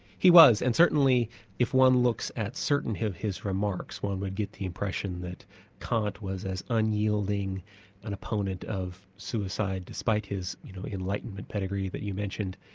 he was, and certainly if one looks at certain of his remarks, one would get the impression that kant was as unyielding an opponent of suicide despite his you know enlightenment pedigree that you mentioned,